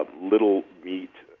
ah little meat,